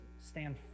stand